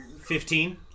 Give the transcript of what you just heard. Fifteen